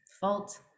fault